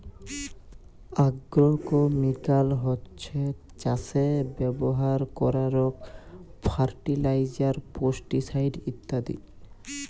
agrochemical হছ্যে চাসে ব্যবহার করারক ফার্টিলাইজার, পেস্টিসাইড ইত্যাদি